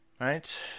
right